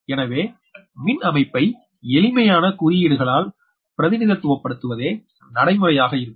எனவே மின் அமைப்பை எளிமையான குறியீடுகளால் பிரதிநிதித்துவப்படுத்துவதே நடைமுறையாக இருக்கும்